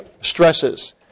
stresses